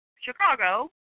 Chicago